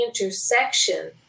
intersection